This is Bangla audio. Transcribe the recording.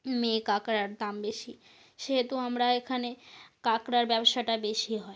মেয়ে কাঁকড়ার দাম বেশি সেহেতু আমরা এখানে কাঁকড়ার ব্যবসাটা বেশি হয়